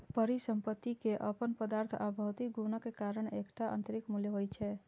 परिसंपत्ति के अपन पदार्थ आ भौतिक गुणक कारण एकटा आंतरिक मूल्य होइ छै